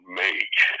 make